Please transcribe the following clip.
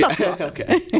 Okay